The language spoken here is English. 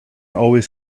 always